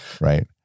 Right